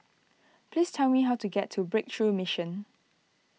please tell me how to get to Breakthrough Mission